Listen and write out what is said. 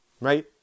Right